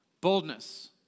boldness